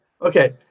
Okay